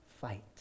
fight